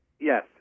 Yes